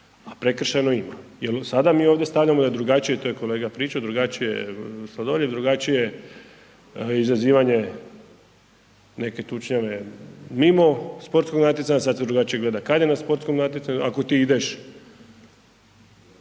a prekršajno ima jel sada mi ovdje stavljamo da je drugačije, to je kolega pričo, drugačije Sladoljev, drugačije izazivanje neke tučnjave mimo sportskog natjecanja, sad se drugačije gleda kad je na sportskom natjecanju ako ti ideš